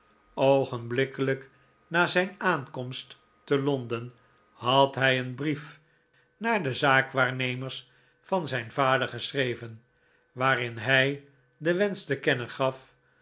na zijn aankomst te londen had hij een brief naar de zaakwaarnemers van zijn vader geschreven waarin hij den wensch te kennen gaf